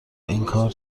اینکار